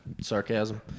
sarcasm